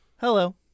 Hello